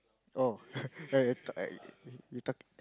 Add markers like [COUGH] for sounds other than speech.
oh [LAUGHS] talk you talk